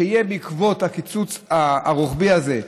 שיהיה בעקבות הקיצוץ הרוחבי הזה,